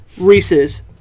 Reese's